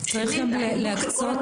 צריך גם להקצות,